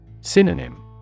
Synonym